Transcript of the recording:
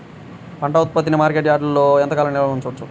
పంట ఉత్పత్తిని మార్కెట్ యార్డ్లలో ఎంతకాలం నిల్వ ఉంచవచ్చు?